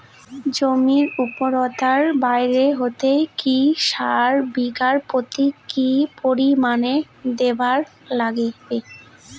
জমির উর্বরতা বাড়াইতে কি সার বিঘা প্রতি কি পরিমাণে দিবার লাগবে?